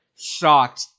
shocked